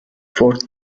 for